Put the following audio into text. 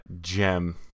gem